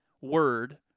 word